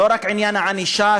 לא רק עניין הענישה,